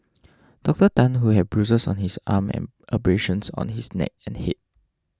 Dr Tan who had bruises on his arm and abrasions on his neck and head